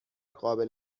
قابل